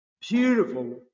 beautiful